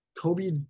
Kobe